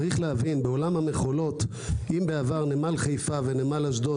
צריך להבין בעולם המכולות אם בעבר נמל חיפה ונמל אשדוד